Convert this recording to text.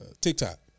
TikTok